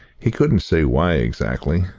he couldn't say why, exactly.